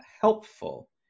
helpful